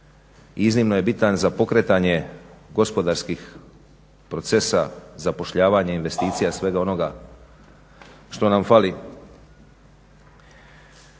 iznimno je bitan za pokretanje gospodarskih procesa, zapošljavanja investicija svega onoga što nam fali.